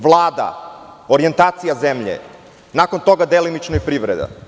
Vlada, orijentacija zemlje, nakon toga delimično i privreda.